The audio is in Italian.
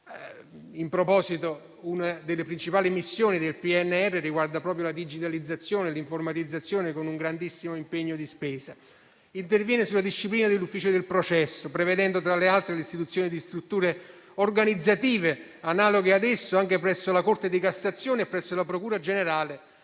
in proposito, una delle principali missioni del PNRR riguarda proprio la digitalizzazione e l'informatizzazione, con un notevole impegno di spesa. Si interviene sulla disciplina dell'ufficio del processo, prevedendo anche l'istituzione di strutture organizzative analoghe ad esso anche presso la Corte di cassazione e presso la sua procura generale.